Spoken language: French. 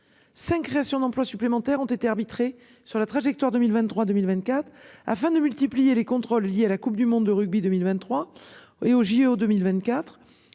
5 créations d'emplois supplémentaires ont été arbitré sur la trajectoire 2023 2024 afin de multiplier les contrôles liés à la Coupe du monde de rugby 2023 et aux JO 2024